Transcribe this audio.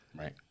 Right